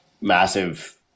massive